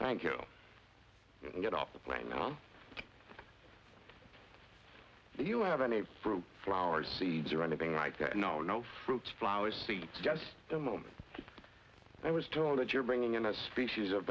thank you get off the plane now you have any fruit flower seeds or anything like that no no fruits flowers seeds just a moment i was told that you're bringing in a species of